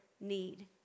need